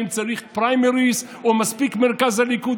אם צריך פריימריז או מספיק מרכז הליכוד,